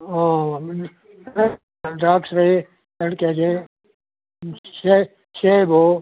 ಹಾಂ ಆಮೇಲೆ ದ್ರಾಕ್ಷಿ ಎರಡು ಕೆಜಿ ಸೇಬು